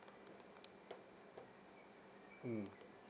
mm